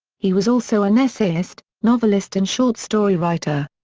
he was also an essayist, novelist and short story writer.